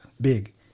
big